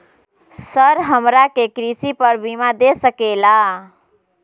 Sir हमरा के कृषि पर बीमा दे सके ला?